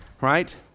right